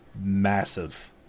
massive